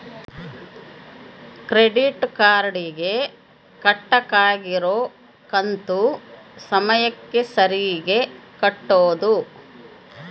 credit card ಗೆ ಕಟ್ಬಕಾಗಿರೋ ಕಂತು ಸಮಯಕ್ಕ ಸರೀಗೆ ಕಟೋದು